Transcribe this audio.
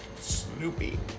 Snoopy